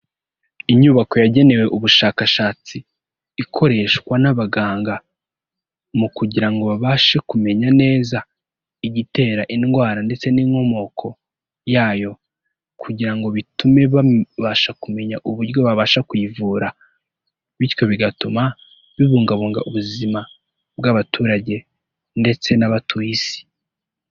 Inyubako yagenewe ubushakashatsi, ikoreshwa n'abaganga mu kugira ngo babashe kumenya neza, igitera indwara ndetse n'inkomoko yayo kugira ngo bitume babasha kumenya uburyo babasha kuyivura, bityo bigatuma bibungabunga ubuzima bw'abaturage ndetse n'abatuye isi.